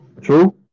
True